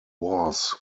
was